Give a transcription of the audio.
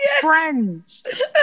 friends